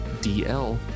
DL